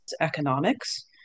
economics